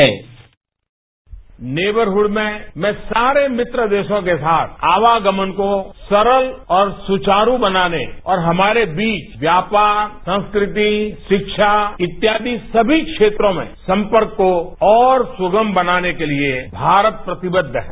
bite Narendra Modi neighbourhood में मैं सारे मित्र देशों के साथ आवागमन को सरल और सुचारू बनाने और हमारे बीच व्यापार संस्कृति शिक्षा इत्यादि सभी क्षेत्रों में संपर्क को और सुगम बनाने के लिए भारत प्रतिबद्ध है